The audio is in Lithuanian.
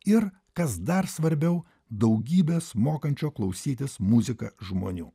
ir kas dar svarbiau daugybės mokančio klausytis muziką žmonių